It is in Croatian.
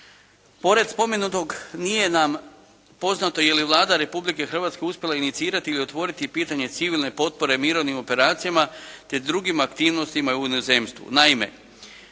Pred spomenutog nije nam poznato je li Vlada Republke Hrvatske uspjela inicijatirati i pitanje civilne potpore mirovnim operacijama, te drugim aktivnostima u inozemstvu.